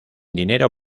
dinero